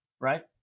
right